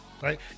right